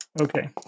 Okay